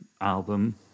album